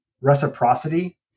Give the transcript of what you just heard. reciprocity